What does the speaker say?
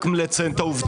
רק לציין את העובדות.